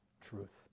truth